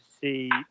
see